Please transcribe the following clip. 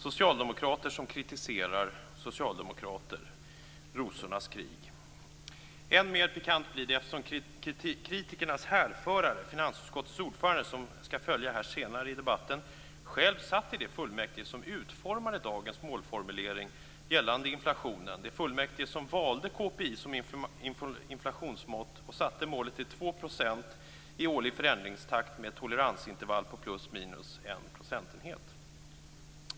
Socialdemokrater som kritiserar socialdemokrater. Rosornas krig. Än mer pikant blir det eftersom kritikernas härförare, finansutskottets ordförande, som skall följa senare i debatten, själv satt i det fullmäktige som utformade dagens målformulering gällande inflationen, det fullmäktige som valde KPI som inflationsmått och som satte målet till 2 % i årlig förändringstakt med ett toleransintervall på plus minus en procentenhet.